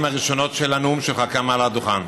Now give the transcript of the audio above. הראשונות של הנאום שלך כאן מעל הדוכן.